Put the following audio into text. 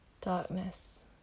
Darkness